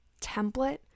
template